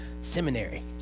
seminary